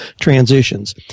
transitions